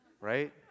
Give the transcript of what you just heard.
right